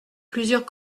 plusieurs